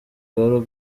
gahoro